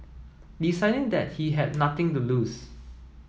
deciding that he had nothing to lose